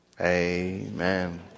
Amen